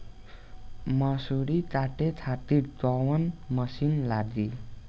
मसूरी काटे खातिर कोवन मसिन लागी?